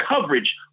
coverage